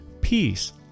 peace